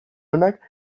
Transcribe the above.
onak